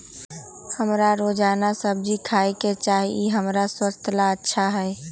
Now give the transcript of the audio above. हमरा रोजाना सब्जिया खाय के चाहिए ई हमर स्वास्थ्य ला अच्छा हई